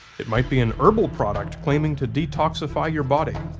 it might be an herbal product claiming to detoxify your body.